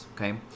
okay